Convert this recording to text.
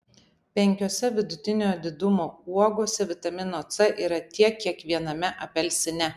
penkiose vidutinio didumo uogose vitamino c yra tiek kiek viename apelsine